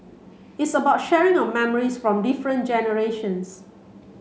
it's about sharing of memories from different generations